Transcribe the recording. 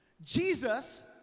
jesus